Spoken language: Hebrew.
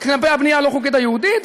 כלפי הבנייה הלא-חוקית היהודית,